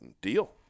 deal